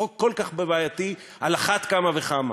חוק כל כך בעייתי על אחת כמה וכמה,